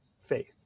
faith